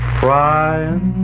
crying